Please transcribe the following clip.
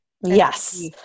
yes